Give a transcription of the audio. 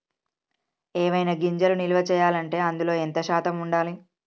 ఏవైనా గింజలు నిల్వ చేయాలంటే అందులో ఎంత శాతం ఉండాలి?